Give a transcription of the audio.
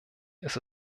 ist